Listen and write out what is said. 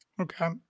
Okay